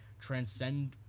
transcend –